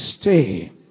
stay